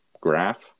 graph